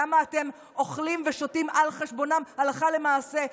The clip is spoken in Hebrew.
למה אתם אוכלים ושותים על חשבונם הלכה למעשה,